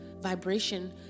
vibration